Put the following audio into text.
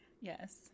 yes